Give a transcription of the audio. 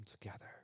together